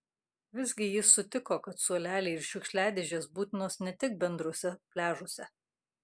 vis gi jis sutiko kad suoleliai ir šiukšliadėžės būtinos ne tik bendruose pliažuose